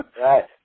right